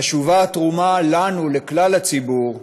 חשובה התרומה לנו, לכלל הציבור,